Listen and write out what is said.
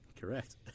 Correct